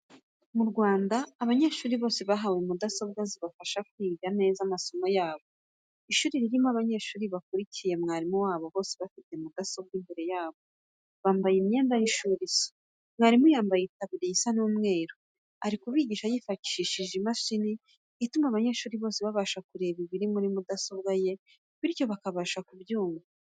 Ubu mu Rwanda abanyeshuri bose bahawe mudasombwa zibafasha kwiga neza amasomo yabo. Ishuri rirmo abanyeshuri bakurikiye mwarimu wabo, bose bafite mudasombwa imbere yabo, bambaye imyenda y'ishuri isa. Mwarimu yambaye itaburiya isa umweru, ari kubigisha yifashishije imashini ituma abanyeshuri bose babasha kureba ibiri muri mudasobwa ye bityo bakabasha kubyumva.